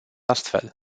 astfel